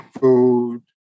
food